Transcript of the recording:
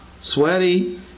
sweaty